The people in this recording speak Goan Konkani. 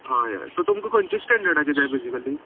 हय हय सो तुमकां खंचे स्टँडडाचे जाय बेझिकली